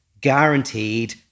guaranteed